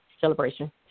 celebration